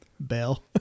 Bell